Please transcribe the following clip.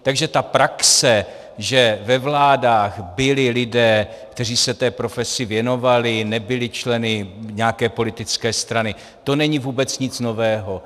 Takže ta praxe, že ve vládách byli lidé, kteří se té profesi věnovali, nebyli členy nějaké politické strany, to není vůbec nic nového.